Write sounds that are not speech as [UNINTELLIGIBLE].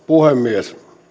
[UNINTELLIGIBLE] puhemies